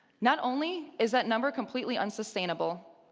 not only is that number completely unsustainable,